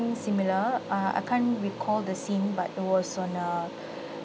similar uh I can't recall the scene but it was on err